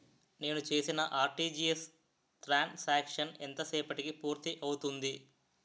నేను చేసిన RTGS transaction ఎంత సేపటికి పూర్తి అవుతుంది?